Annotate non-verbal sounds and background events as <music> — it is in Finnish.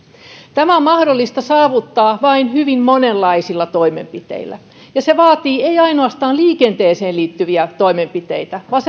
tämä on mahdollista saavuttaa vain hyvin monenlaisilla toimenpiteillä ja se vaatii ei ainoastaan liikenteeseen liittyviä toimenpiteitä vaan <unintelligible>